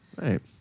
Right